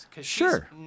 Sure